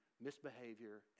misbehavior